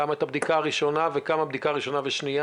כמה מבצעים את הבדיקה הראשונה וכמה מבצעים את הבדיקה הראשונה והשנייה?